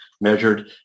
measured